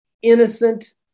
innocent